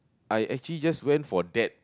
I actually just went for that